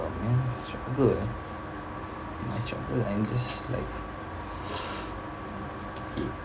oh man struggle ah I struggle I'm just like